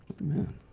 Amen